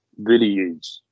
videos